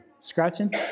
scratching